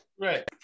Right